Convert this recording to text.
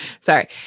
Sorry